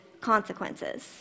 consequences